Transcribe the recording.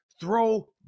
throw